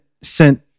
sent